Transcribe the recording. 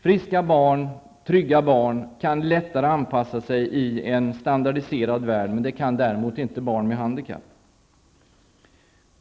Friska och trygga barn kan lätt anpassa sig i en standardiserad värld, men det kan inte barn med handikapp.